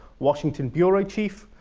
washington bureau chief,